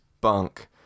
bunk